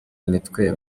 imitwe